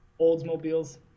Oldsmobiles